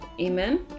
amen